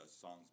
songs